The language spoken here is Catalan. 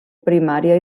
primària